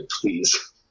Please